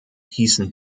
hießen